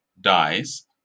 dies